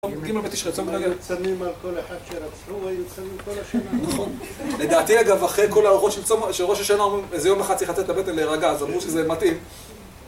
ג' בתשרי צום גדליה...אם היו צמים על כל אחד שרצחו, היו צמים כל השנה.נכון, לדעתי אגב, אחרי כל הארוחות של ראש השנה איזה יום אחד צריך לתת לבטן להרגע, אז אמרו שזה מתאים